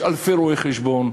ויש אלפי רואי-חשבון,